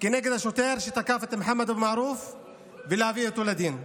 כנגד השוטר שתקף את מוחמד אבו מערוף ולהביא אותו לדין.